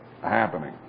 Happening